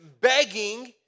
begging